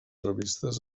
revistes